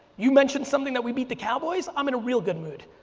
you mentioned something that we beat the cowboys, i'm in a real good mood,